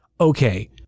okay